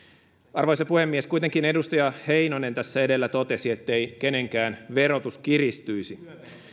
arvoisa puhemies kuitenkin edustaja heinonen tässä edellä totesi ettei kenenkään verotus kiristyisi